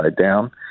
down